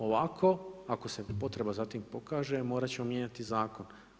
Ovako ako se potreba za tim pokažem morat ćemo mijenjati zakon.